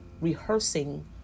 rehearsing